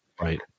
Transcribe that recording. Right